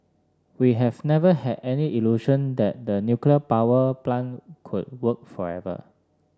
we have never had any illusion that the nuclear power plant could work forever